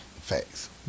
Facts